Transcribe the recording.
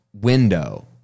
window